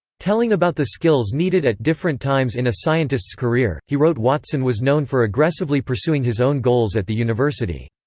telling about the skills needed at different times in a scientist's career he wrote watson was known for aggressively pursuing his own goals at the university.